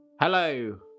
Hello